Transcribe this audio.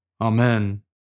Amen